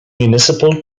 municipal